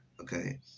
Okay